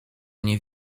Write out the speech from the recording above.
nie